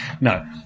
No